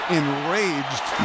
enraged